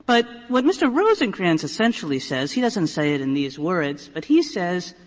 but what mr. rosenkranz essentially says he doesn't say it in these words, but he says,